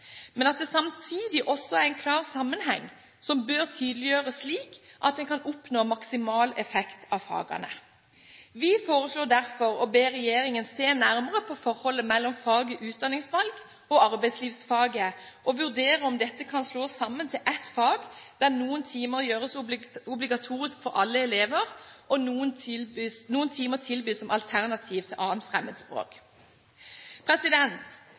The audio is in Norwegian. men at det samtidig er en klar sammenheng som bør tydeliggjøres slik at en kan oppnå maksimal effekt av fagene. Vi foreslår derfor å be regjeringen se nærmere på forholdet mellom faget utdanningsvalg og arbeidslivsfaget og vurdere om dette kan slås sammen til ett fag, der noen timer gjøres obligatorisk for alle elever, og noen timer tilbys som alternativ til